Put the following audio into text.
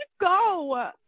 go